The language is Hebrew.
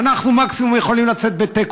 אנחנו מקסימום יכולים לצאת בתיקו,